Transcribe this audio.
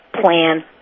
plan